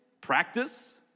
practice